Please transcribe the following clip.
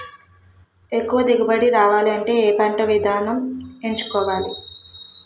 ఎక్కువ దిగుబడి రావాలంటే ఏ పంట విధానం ఎంచుకోవాలి?